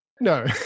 no